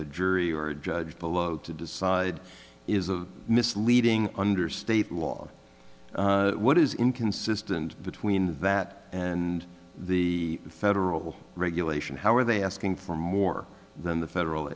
e jury or judge below to decide is a misleading under state law what is inconsistent between that and the federal regulation how are they asking for more than the federal